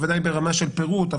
בוודאי ברמה של פירוט,